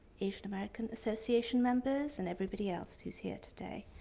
asian american association members and everybody else who is here today.